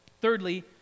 Thirdly